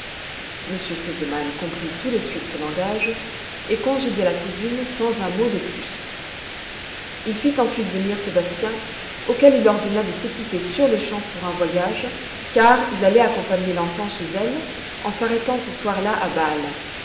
r sesemann comprit tout de suite ce langage et congédia la cousine sans un mot de plus il fit ensuite venir sébastien auquel il ordonna de s'équiper sur-le-champ pour un voyage car il allait accompagner l'enfant chez elle en s'arrêtant ce soir-là à bâle